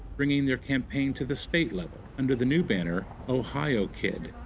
bringing their campaign to the state level under the new banner ohiokid,